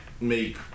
make